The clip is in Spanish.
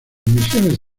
misiones